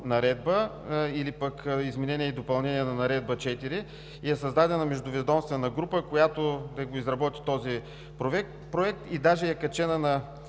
наредба или пък изменение и допълнение на Наредба № 4 и е създадена междуведомствена група, която да изработи този проект, даже е качен на